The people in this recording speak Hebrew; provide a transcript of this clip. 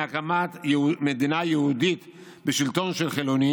הקמת מדינה יהודית בשלטון של חילונים.